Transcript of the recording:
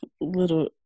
little